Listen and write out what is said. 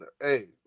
Hey